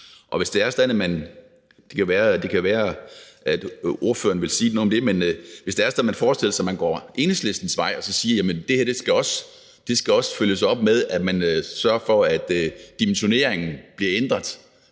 noget om det – at man forestiller sig, at man går Enhedslistens vej og siger, at det her også skal følges op af, at man sørger for, at dimensioneringen bliver ændret,